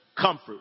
comfort